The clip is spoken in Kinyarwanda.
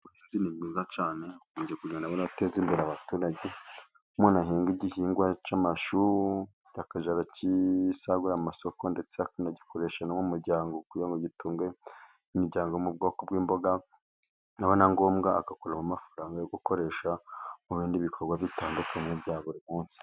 Ubuhinzi ni bwiza cyane, bukunze kugenda buteza imbere abaturage, aho umuntu ahinga igihingwa cy'amashu akajya agisagurira amasoko, ndetse akagikoresha nko mu muryango, kugira ngo gitunge imiryango yo mu bwoko bw'imboga, byaba na gombwa, agakuramo amafaranga yo gukoresha mu bindi bikorwa bitandukanye bya buri munsi.